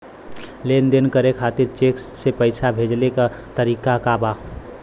लेन देन करे खातिर चेंक से पैसा भेजेले क तरीकाका बा?